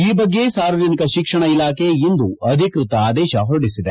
ಈ ಬಗ್ಗೆ ಸಾರ್ವಜನಿಕ ಶಿಕ್ಷಣ ಇಲಾಖೆ ಇಂದು ಅಧಿಕೃತ ಆದೇಶ ಹೊರಡಿಸಿದೆ